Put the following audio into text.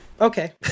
Okay